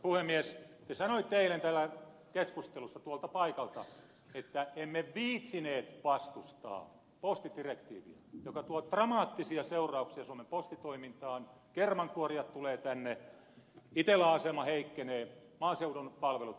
te sanoitte eilen täällä keskustelussa tuolta paikalta että emme viitsineet vastustaa postidirektiiviä joka tuo dramaattisia seurauksia suomen postitoimintaan kermankuorijat tulevat tänne itellan asema heikkenee maaseudun palvelut huononevat